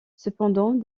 cependant